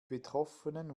betroffenen